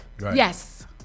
Yes